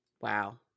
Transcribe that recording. Wow